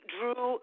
Drew